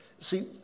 See